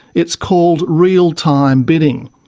it's called real time bidding.